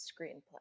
screenplay